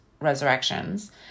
Resurrections